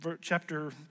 chapter